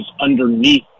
underneath